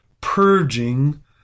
purging